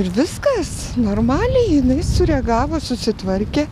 ir viskas normaliai jinai sureagavo susitvarkė